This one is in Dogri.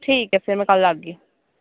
ठीक ऐ फिर में कल्ल आह्गी